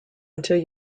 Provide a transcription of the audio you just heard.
until